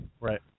Right